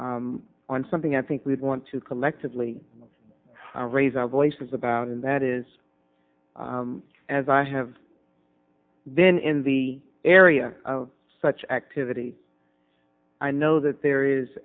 lever on something i think we want to collectively raise our voices about and that is as i have been in the area of such activity i know that there is